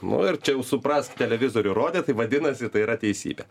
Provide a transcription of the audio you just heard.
nu ir čia jau suprask televizorių rodė tai vadinasi tai yra teisybė